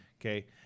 Okay